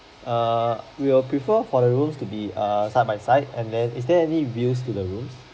err we will prefer for the rooms to be err side by side and then is there any views to the rooms